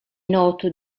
noto